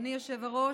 אדוני היושב-ראש,